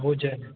हो जाए